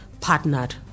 partnered